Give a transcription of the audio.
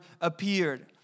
appeared